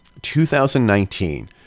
2019